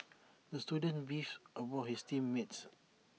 the student beefed about his team mates